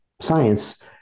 science